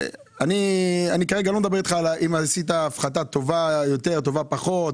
ואני כרגע לא מדבר אם עשית הפחתה טובה יותר או טובה פחות,